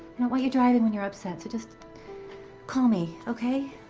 want you driving when you're upset. so just call me, okay?